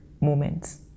moments